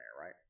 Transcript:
right